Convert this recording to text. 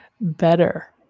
better